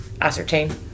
ascertain